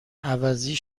عوضی